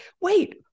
wait